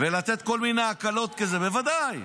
ולתת כל מיני הקלות, בוודאי.